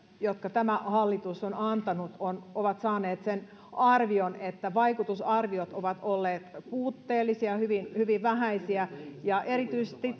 jotka tämä hallitus on antanut ovat saaneet sen arvion että vaikutusarviot ovat olleet puutteellisia hyvin hyvin vähäisiä ja erityisesti